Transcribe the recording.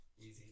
easy